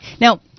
Now